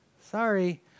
sorry